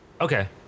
Okay